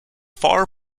far